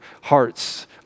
hearts